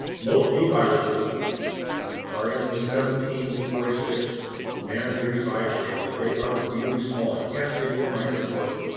most bee viruses are in the seventeen to forty six nanometers size range. they are really small. you can't see them in your microscope.